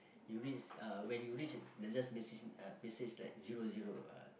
you reach ah when you reach then just message uh message like zero zero uh